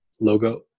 logo